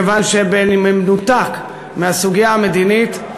מכיוון שבמנותק מהסוגיה המדינית,